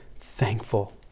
thankful